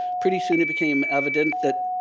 pretty soon, it became evident that,